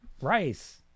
rice